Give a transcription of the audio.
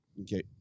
Okay